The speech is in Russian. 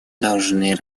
должны